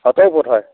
সত্তৰ ফুট হয়